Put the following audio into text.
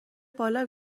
بالا